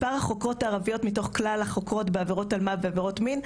מספר החוקרות הערביות מתוך כלל החוקרות בעבירות אלמ"ב ועבירות מין,